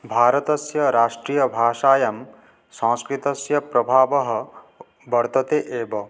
भारतस्य राष्ट्रियभाषायां संस्कृतस्य प्रभावः वर्तते एव